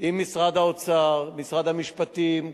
עם משרד האוצר, משרד המשפטים.